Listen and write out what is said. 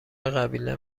قبیله